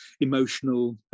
emotional